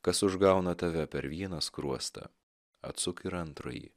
kas užgauna tave per vieną skruostą atsuk ir antrąjį